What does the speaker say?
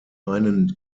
einen